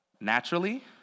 naturally